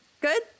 good